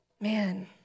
Man